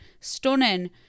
stunning